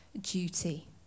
duty